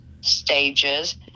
stages